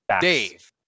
Dave